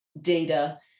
data